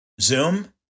zoom